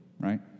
right